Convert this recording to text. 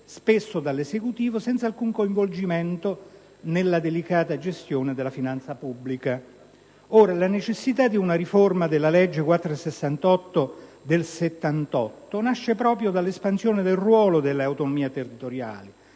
assunte dall'Esecutivo, spesso senza alcun coinvolgimento nella delicata gestione della finanza pubblica. La necessità di una riforma della legge n. 468 del 1978 nasce dall'espansione del ruolo delle autonomie territoriali,